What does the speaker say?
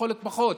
יכול להיות פחות.